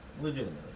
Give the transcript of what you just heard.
Legitimately